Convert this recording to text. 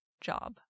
job